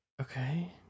Okay